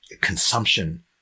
consumption